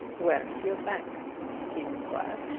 where is your bank? mr. cheape inquired.